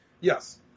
Yes